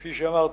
כפי שאמרת.